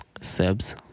Sebs